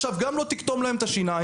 עכשיו גם לא תקטום להם את השיניים,